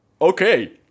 okay